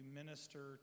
minister